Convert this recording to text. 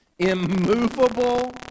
immovable